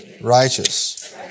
righteous